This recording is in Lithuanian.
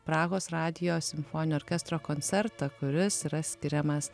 prahos radijo simfoninio orkestro koncertą kuris yra skiriamas